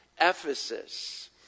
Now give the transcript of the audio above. Ephesus